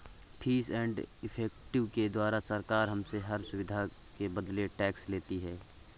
fees and effective के द्वारा सरकार हमसे हर सुविधा के बदले टैक्स लेती है